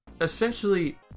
essentially